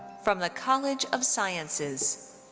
from the college of sciences,